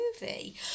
movie